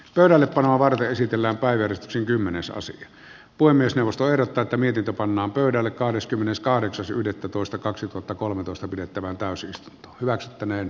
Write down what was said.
pöydällepanoa varten esitellä aideed syy kymmenessä asetti puhemiesneuvosto erot tätä mietitä pannaan pöydälle kahdeskymmeneskahdeksas yhdettätoista kaksituhattakolmetoista pidettävään täysistunto hyväksyttäneen